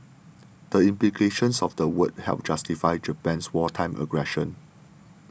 the implications of the word helped justify Japan's wartime aggression